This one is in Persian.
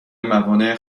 موانع